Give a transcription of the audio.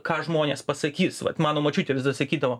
ką žmonės pasakys vat mano močiutė visada sakydavo